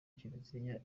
kiliziya